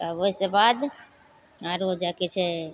तब ओहिसे बाद आओर जे कि छै